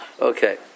Okay